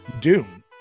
Doom